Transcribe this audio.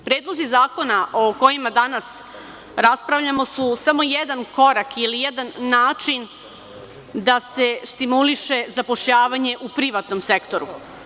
Predlozi zakona, o kojima danas raspravljamo, su samo jedan korak ili jedan način da se stimuliše zapošljavanje u privatnom sektoru.